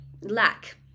lack